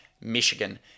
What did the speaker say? Michigan